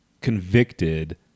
convicted